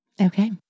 Okay